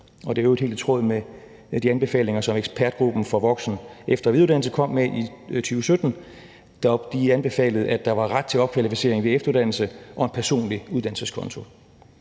Det er i øvrigt helt i tråd med de anbefalinger, som Ekspertgruppen for voksen-, efter- og videreuddannelse kom med i 2017, da de anbefalede, at der var ret til opkvalificering ved efteruddannelse, og en personlig uddannelseskonto.